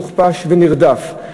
מוכפש ונרדף.